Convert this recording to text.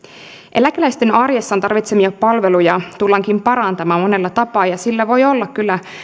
eläkeläisten arjessaan tarvitsemia palveluja tullaankin parantamaan monella tapaa ja sillä voi olla kyllä